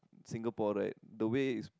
Singapore right the way it's